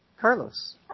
Carlos